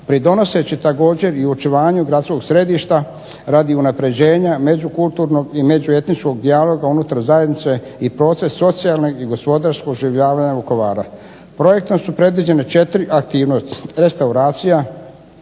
pridonoseći također i očuvanju gradskog središta radi unapređenja međukulturnog i međuetničkog dijaloga unutar zajednice i proces socijalnog i gospodarskog oživljavanja Vukovara. Projektom su predviđene 4 aktivnosti, restauracija,